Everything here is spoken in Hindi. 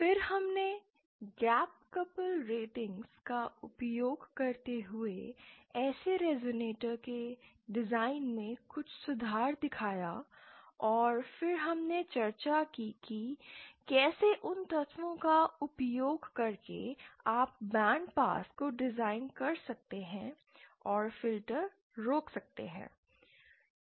फिर हमने गैप कपल रेटिंग का उपयोग करते हुए ऐसे रेज़ोनेटर के डिज़ाइन में कुछ सुधार दिखाया और फिर हमने चर्चा की कि कैसे उन तत्वों का उपयोग करके आप बैंड पास को डिज़ाइन कर सकते हैं और फ़िल्टर रोक सकते हैं